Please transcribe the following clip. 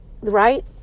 right